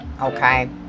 Okay